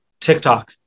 TikTok